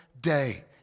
day